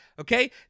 Okay